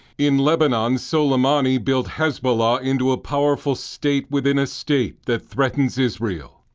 in lebanon, suleimani built hezbollah into a powerful state within a state that threatens israel.